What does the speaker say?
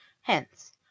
Hence